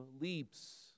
leaps